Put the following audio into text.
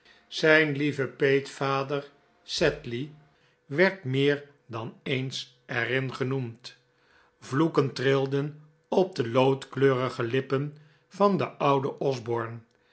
zijn lieve peetvader sedley werd meer dan eens er in genoemd vloeken trilden op de loodkleurige lippen van den ouden osborne